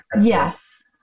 yes